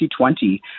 2020